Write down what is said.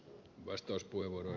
arvoisa puhemies